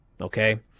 okay